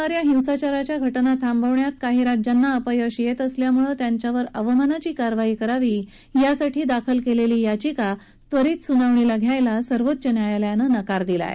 समुदायाकडून होणा या हिंसाचाराच्या घटनांना थांबवण्यात काही राज्यांना अपयश येत असल्यामुळे त्यांच्यावर अवमानाची कारवाई करावी यासाठी दाखल केलेली याचिका त्वरीत सुनावणीला घ्यायला सर्वोच्च न्यायालयानं नकार दिला आहे